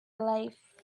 life